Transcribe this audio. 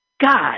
God